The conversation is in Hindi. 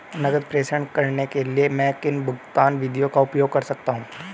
नकद प्रेषण करने के लिए मैं किन भुगतान विधियों का उपयोग कर सकता हूँ?